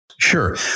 Sure